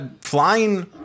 flying